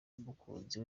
n’umukunzi